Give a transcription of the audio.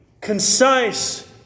concise